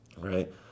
right